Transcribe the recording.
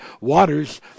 waters